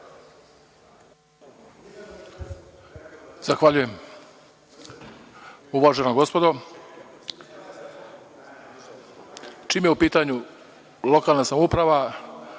Zahvaljujem. Uvažena gospodo, čim je u pitanju lokalna samouprava,